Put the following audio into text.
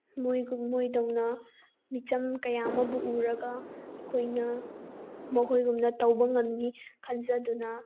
ꯃꯣꯏꯒꯨꯝ ꯃꯣꯏꯗꯧꯅ ꯃꯤꯆꯝ ꯀꯌꯥ ꯑꯃꯕꯨ ꯎꯔꯒ ꯑꯩꯈꯣꯏꯅ ꯃꯈꯣꯏꯒꯨꯝꯅ ꯇꯧꯕ ꯉꯝꯅꯤ ꯈꯟꯖꯗꯨꯅ